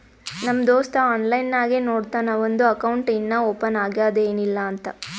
ನಮ್ ದೋಸ್ತ ಆನ್ಲೈನ್ ನಾಗೆ ನೋಡ್ತಾನ್ ಅವಂದು ಅಕೌಂಟ್ ಇನ್ನಾ ಓಪನ್ ಆಗ್ಯಾದ್ ಏನಿಲ್ಲಾ ಅಂತ್